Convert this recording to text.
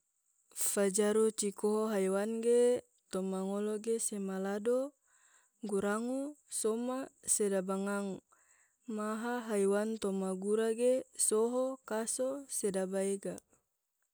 fajaru cikoho haiwan ge, toma ngolo ge sema lado, gurango, soma, se daba ngang, maha haiwan toma gura ge soho, kaso se daba ega.